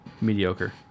mediocre